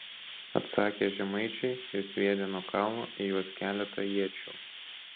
atsakė žemaičiai ir sviedė nuo kalno į juos keletą iečių